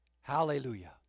hallelujah